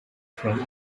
from